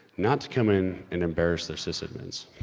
not come in and embarrass their sysadmins.